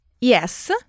yes